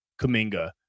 Kaminga